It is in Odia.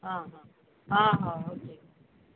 ହଁ ହଁ ହୋଉ ହଉ ଠିକ ଅଛି